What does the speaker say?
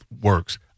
works